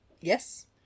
Yes